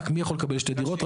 מי יכול לקבל שתי דירות?